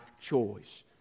choice